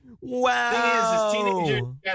Wow